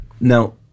Now-